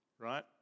Right